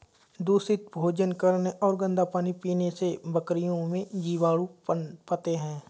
दूषित भोजन करने और गंदा पानी पीने से बकरियों में जीवाणु पनपते हैं